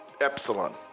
Epsilon